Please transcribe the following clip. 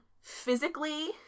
physically